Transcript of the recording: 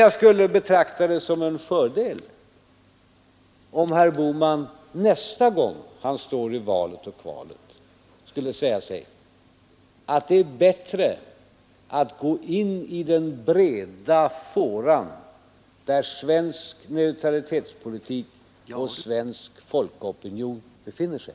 Jag skulle betrakta det som en fördel om herr Bohman nästa gång han står i valet och kvalet skulle säga sig att det är bättre att gå in i den breda fåran där svensk neutralitetspolitik och svensk folkopinion befinner sig.